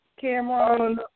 Cameron